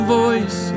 voice